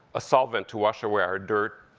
a solvent to wash away our dirt,